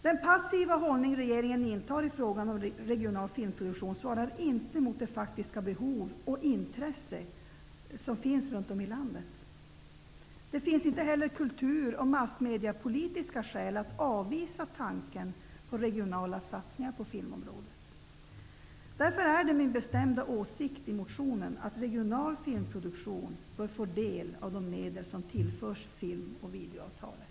Den passiva hållning regeringen intar i frågan om regional filmproduktion svarar inte mot det faktiska behov och intresse som finns runt om i landet. Det finns heller inte kultur och massmediapolitiska skäl att avvisa tanken på regionala satsningar på filmområdet. Därför är det min bestämda åsikt i motionen att regional filmproduktion bör få del av de medel som tillförs film och videoavtalet.